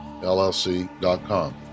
llc.com